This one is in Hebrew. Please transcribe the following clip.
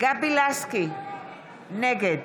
גבי לסקי, נגד